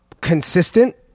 consistent